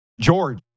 George